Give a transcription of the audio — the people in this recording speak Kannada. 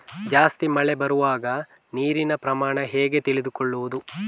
ಜಾಸ್ತಿ ಮಳೆ ಬರುವಾಗ ನೀರಿನ ಪ್ರಮಾಣ ಹೇಗೆ ತಿಳಿದುಕೊಳ್ಳುವುದು?